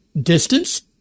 distance